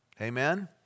Amen